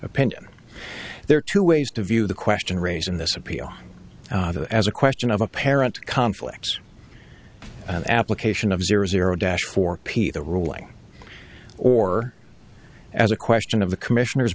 opinion there are two ways to view the question raised in this appeal as a question of apparent conflict an application of zero zero dash for pete the ruling or as a question of the commissioner